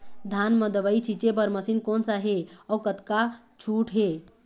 धान म दवई छींचे बर मशीन कोन सा हे अउ कतका छूट हे?